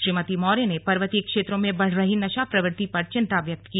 श्रीमती मौर्य ने पर्वतीय क्षेत्रों में बढ़ रही नशा प्रवृत्ति पर चिंता व्यक्त की